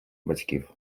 батьків